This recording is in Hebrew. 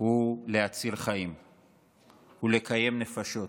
היא להציל חיים ולקיים נפשות,